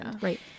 Right